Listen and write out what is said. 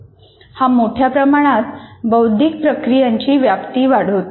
हा मोठ्या प्रमाणात बौद्धिक प्रक्रियांची व्याप्ती वाढवतो